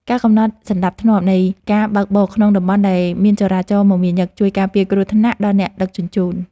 ការកំណត់សណ្ដាប់ធ្នាប់នៃការបើកបរក្នុងតំបន់ដែលមានចរាចរណ៍មមាញឹកជួយការពារគ្រោះថ្នាក់ដល់អ្នកដឹកជញ្ជូន។